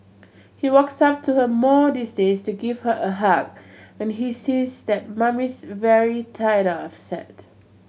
he walks up to her more these days to give her a hug when he sees that Mummy's very tired upset